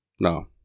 No